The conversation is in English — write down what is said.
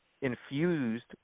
infused